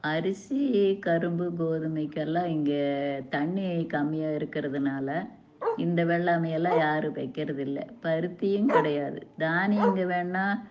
அரிசி கரும்பு கோதுமைக்கெல்லாம் இங்கே தண்ணி கம்மியாக இருக்கிறதுனால இந்த வெள்ளாமையெல்லாம் யாரும் இப்போ வைக்கறதில்ல பருத்தியும் கிடையாது தானியங்கள் வேண்ணால்